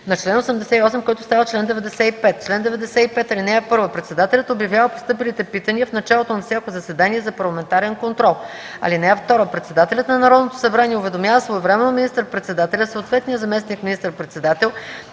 на чл. 88, който става чл. 95: „Чл. 95. (1) Председателят обявява постъпилите питания в началото на всяко заседание за парламентарен контрол. (2) Председателят на Народното събрание уведомява своевременно министър-председателя, съответния заместник министър-председател